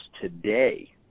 today